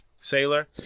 Sailor